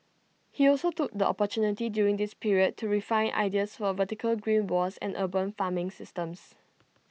he also took the opportunity during this period to refine ideas for vertical green walls and urban farming systems